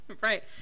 right